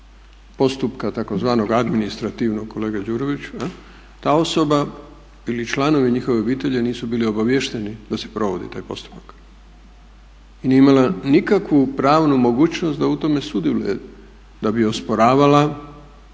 postupka tzv. administrativnog kolega Đurović, ta osoba ili članovi njihove obitelji nisu bili obaviješteni da se provodi taj postupak i nije imala nikakvu pravnu mogućnost da u tome sudjeluje da bi osporavala,